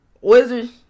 Wizards